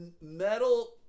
metal